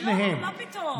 לא, מה פתאום.